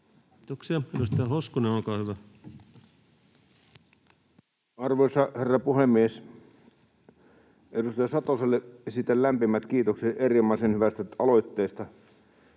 Kiitoksia. — Edustaja Hoskonen, olkaa hyvä. Arvoisa herra puhemies! Edustaja Satoselle esitän lämpimät kiitokset erinomaisen hyvästä aloitteesta.